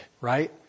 Right